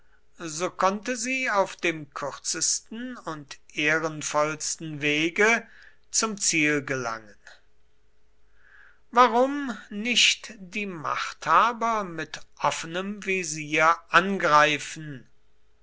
so konnte sie auf dem kürzesten und ehrenvollsten wege zum ziel gelangen warum nicht die machthaber mit offenem visier angreifen